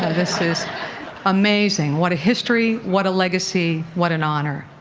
ah this is amazing. what a history, what a legacy, what an honor.